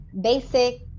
basic